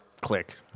click